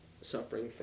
suffering